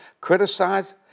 criticize